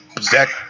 Zach